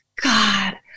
god